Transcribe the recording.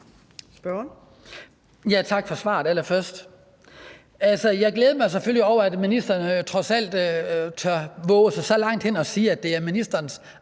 tak for svaret. Jeg glæder mig selvfølgelig over, at ministeren trods alt tør vove sig så langt hen som til at sige, at det er ministerens